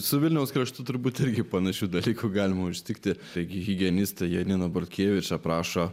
su vilniaus kraštu turbūt irgi panašių dalykų galima užtikti taigi higienistė janina bortkevič aprašo